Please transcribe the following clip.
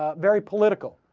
ah very political